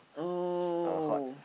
oh